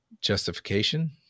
justification